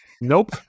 nope